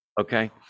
okay